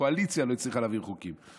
הקואליציה לא הצליחה להעביר חוקים.